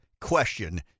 question